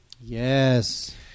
yes